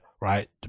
right